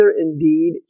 indeed